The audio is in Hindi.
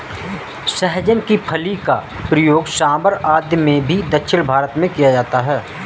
सहजन की फली का प्रयोग सांभर आदि में भी दक्षिण भारत में किया जाता है